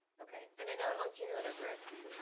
okay. and a note on cumulative risk.